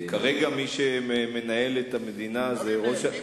כרגע מי שמנהל את המדינה זה ראש הממשלה, לא, באמת.